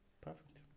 Perfect